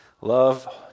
Love